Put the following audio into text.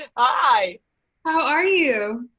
hi. how are you?